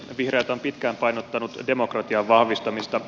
vihreät ovat pitkään painottaneet demokratian vahvistamista